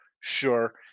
Sure